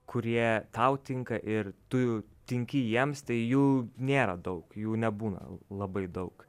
kurie tau tinka ir tu tinki jiems tai jų nėra daug jų nebūna labai daug